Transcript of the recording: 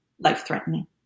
life-threatening